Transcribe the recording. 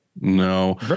No